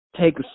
take